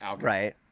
Right